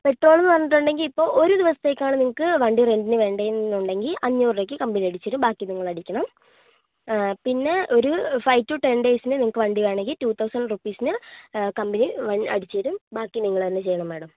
petrol എന്നു പറഞ്ഞിട്ടുണ്ടെങ്കിൽ ഇപ്പോൾ ഒരു ദിവസത്തേക്ക് ആണ് നിങ്ങൾക്ക് വണ്ടി റെൻ്റിനു വേണ്ടതെന്നുണ്ടെങ്കിൽ അഞ്ഞൂറ് രൂപയ്ക്ക് കമ്പനി അടിച്ച് തരും ബാക്കി നിങ്ങൾ അടിക്കണം പിന്നെ ഒരു ഫൈവ് ടു ടെൻ ഡേയ്സിനു നിങ്ങൾക്ക് വണ്ടി വേണമെങ്കിൽ ടൂ തൗസന്റ് റുപ്പീസിന് കമ്പനി അടിച്ച് തരും ബാക്കി നിങ്ങൾ തന്നെ ചെയ്യണം മാഡം